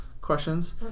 questions